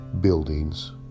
buildings